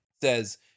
says